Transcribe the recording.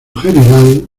general